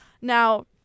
Now